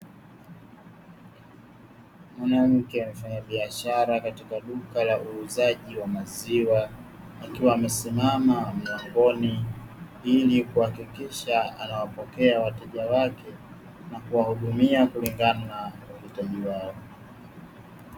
Mwanamke mfanyabiashara katika duka la uuzaji wa maziwa, akiwa amesimama mlangoni ili kuhakikisha anawapokea wateja wake na kuwahudumia kulingana na uhitaji wao.